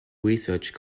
research